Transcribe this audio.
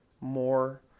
more